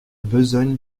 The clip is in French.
besogne